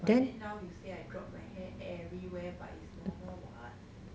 but then now you say I drop my hair everywhere but it's normal what